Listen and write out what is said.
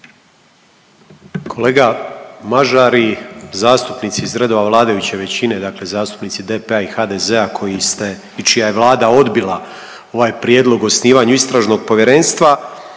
Kolega Mažar i zastupnici iz redova vladajuće većine, dakle zastupnici DP-a i HDZ-a koji ste i čija je Vlada odbila ovaj prijedlog o osnivanju istražnog povjerenstva